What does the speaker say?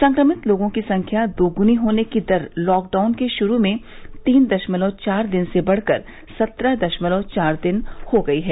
संक्रमित लोगों की संख्या दोगुने होने की दर लॉकडाउन के शुरू में तीन दशमलव चार दिन से बढ़कर सत्रह दशमलव चार दिन हो गई है